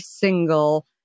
single